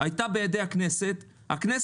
אתם חייבים להיכנס לעובי הקורה ולייתר את העמלות